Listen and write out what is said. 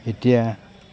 এতিয়া